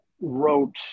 wrote